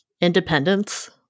independence